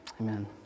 Amen